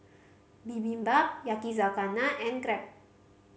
Bibimbap Yakizakana and Crepe